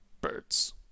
birds